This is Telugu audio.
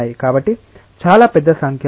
కాబట్టి చాలా పెద్ద సంఖ్యలో కొల్లిషన్స్ ఉంటే